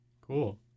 cool